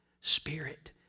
Spirit